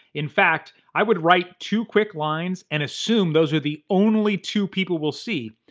in fact, i would write two quick lines and assume those are the only two people will see,